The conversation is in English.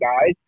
guys